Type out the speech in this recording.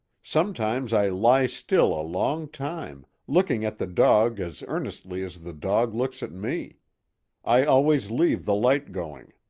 sometimes i lie still a long time, looking at the dog as earnestly as the dog looks at me i always leave the light going.